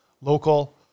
local